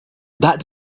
that